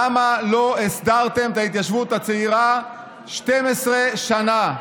למה לא הסדרתם את ההתיישבות הצעירה 12 שנה?